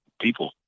people